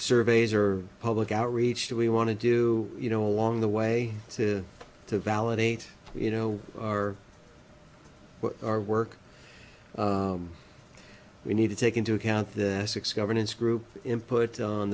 surveys or public outreach that we want to do you know along the way to to validate you know our our work we need to take into account the six governance group input on